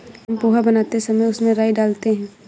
हम पोहा बनाते समय उसमें राई डालते हैं